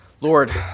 Lord